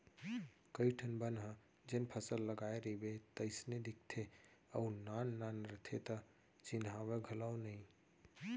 कइ ठन बन ह जेन फसल लगाय रइबे तइसने दिखते अउ नान नान रथे त चिन्हावय घलौ नइ